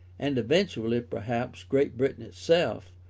and eventually, perhaps, great britain itself,